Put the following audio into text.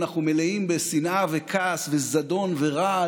אנחנו מלאים בשנאה וכעס וזדון ורעל